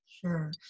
Sure